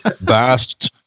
Bast